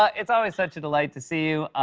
it's always such a delight to see you.